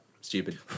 stupid